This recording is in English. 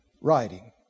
writing